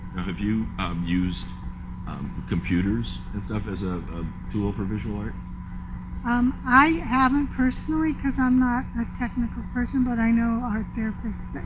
have you um used um computers and stuff as a a tool for visual art? um i haven't personally cause i'm not a technical person but i know art therapists